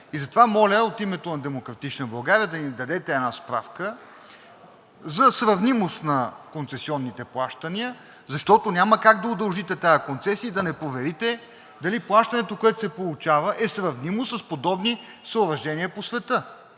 И затова моля от името на „Демократична България“ да ни дадете една справка за сравнимост на концесионните плащания, защото няма как да удължите тази концесия и да не проверите дали плащането, което се получава, е сравнимо с подобни съоръжения по света.